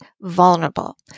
vulnerable